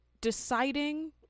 deciding